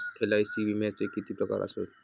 LIC विम्याचे किती प्रकार आसत?